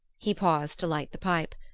he paused to light the pipe.